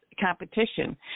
competition